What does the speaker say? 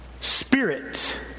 spirit